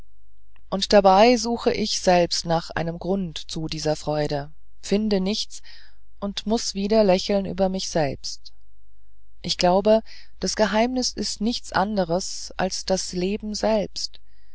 und dabei suche ich selbst nach einem grund zu dieser freude finde nichts und muß wieder lächeln über mich selbst ich glaube das geheimnis ist nichts anderes als das leben selbst